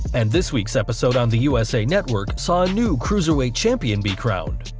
and this week's episode on the usa network saw a new cruiserweight champion be crowned.